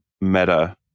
Meta